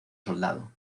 soldado